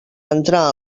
entrar